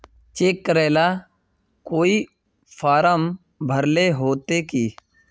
Cheque करेला कोई form भरेले होते की?